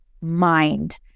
mind